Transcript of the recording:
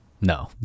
no